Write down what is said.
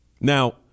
Now